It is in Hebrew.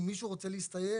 אם מישהו רוצה להסתייג,